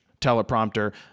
teleprompter